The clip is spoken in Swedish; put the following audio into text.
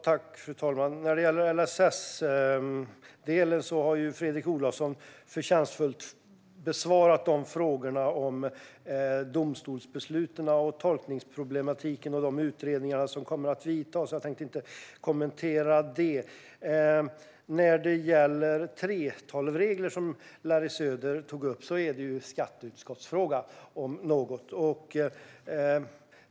Fru talman! När det gäller LSS har Fredrik Olovsson förtjänstfullt besvarat frågorna om domstolsbesluten, tolkningsproblematiken och de utredningar som kommer att ske, så jag tänkte inte kommentera det ytterligare. Larry Söder tog upp 3:12-reglerna. Det är en skatteutskottsfråga, om något.